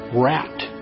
wrapped